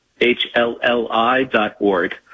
hlli.org